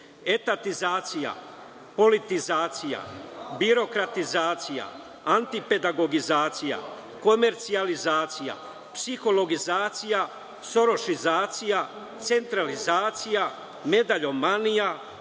etatizacija, politizacija, birokratizacija, antipedagodizacija, komercijalizacija, psihologizacija, sorošizacija, centralizacija, medaljomanija,